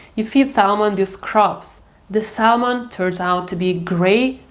you feed salmon these crops the salmon turns out to be grey,